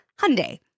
Hyundai